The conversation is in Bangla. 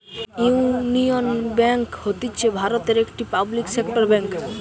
ইউনিয়ন বেঙ্ক হতিছে ভারতের একটি পাবলিক সেক্টর বেঙ্ক